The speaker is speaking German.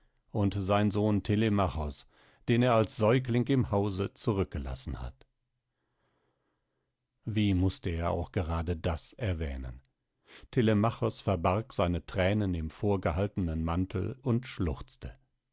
und sein sohn telemachos den er als säugling im hause zurückgelassen hat wie mußte er auch gerade das erwähnen telemachos verbarg seine thränen im vorgehaltenen mantel und schluchzte